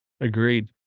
agreed